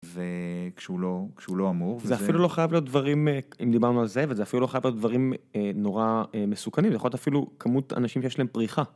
זה כשהוא לא אמור. זה אפילו לא חייב להיות דברים, אם דיברנו על זה, וזה אפילו לא חייב להיות דברים נורא מסוכנים, זה יכול להיות אפילו כמות אנשים שיש להם פריחה.